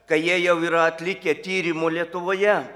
kai jie jau yra atlikę tyrimų lietuvoje